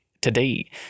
today